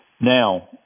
Now